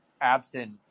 absent